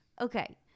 Okay